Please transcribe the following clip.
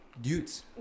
Dudes